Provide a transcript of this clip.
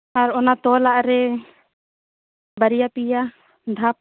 ᱟᱨ ᱚᱱᱟ ᱛᱚᱞᱟᱜ ᱨᱮ ᱵᱟᱨᱭᱟ ᱯᱮᱟ ᱫᱷᱟᱯ